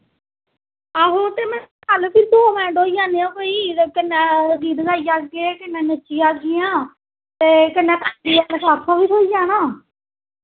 आहो ते मैं चल फ्ही दो मैंट होई जन्नेआं कोई ते कन्नै गीत गाई आगे कन्नै नच्ची आग्गियां ते कन्नै लफाफा बी थ्होई जाना